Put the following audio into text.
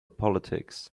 politics